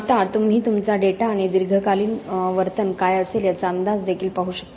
आता तुम्ही तुमचा डेटा आणि दीर्घकालीन वर्तन काय असेल याचा अंदाज देखील पाहू शकता